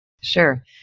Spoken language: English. Sure